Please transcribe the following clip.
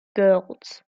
girls